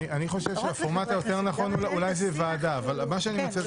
אני חושב שהפורמט היותר נכון זה ועדה אבל מה שאני מציע זה